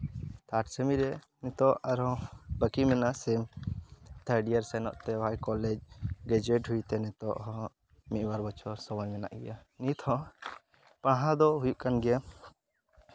third sem ᱨᱮ ᱱᱤᱛᱚᱜ ᱟᱨᱚ ᱵᱟᱠᱤ ᱢᱮᱱᱟᱜᱼᱟ ᱥᱮᱢ ᱛᱷᱟᱨᱰ ᱤᱭᱟᱨ ᱥᱮᱱᱚᱜ ᱛᱮ ᱠᱚᱞᱮᱡᱽ ᱜᱨᱮᱡᱩᱭᱮᱴ ᱦᱩᱭ ᱛᱮ ᱱᱤᱛᱚᱜ ᱦᱚᱸ ᱢᱤᱫ ᱵᱟᱨ ᱵᱚᱪᱷᱚᱨ ᱥᱚᱢᱚᱭ ᱢᱮᱱᱟᱜ ᱜᱮᱭᱟ ᱱᱤᱛ ᱦᱚᱸ ᱯᱟᱲᱦᱟᱣ ᱫᱚ ᱦᱩᱭᱩᱜ ᱠᱟᱱ ᱜᱮᱭᱟ